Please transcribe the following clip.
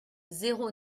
zéro